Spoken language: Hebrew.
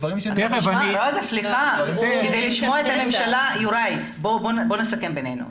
סליחה, בוא נסכם בינינו.